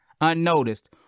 unnoticed